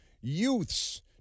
Youths